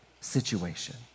situation